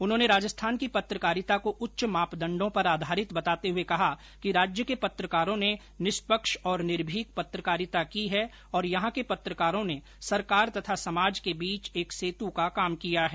उन्होंने राजस्थान की पत्रकारिता को उच्च मापदंडों पर आधारित बताते हुए कहा कि राज्य के पत्रकारों ने निष्पक्ष और निर्भिक पत्रकारिता की है और यहां के पत्रकारों ने सरकार तथा समाज के बीच एक सेतु का काम किया है